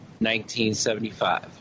1975